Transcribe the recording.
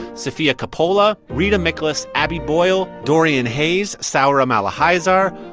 sophia coppola, rita micklus, abby boyle, dorian hayes, saura malahaizar,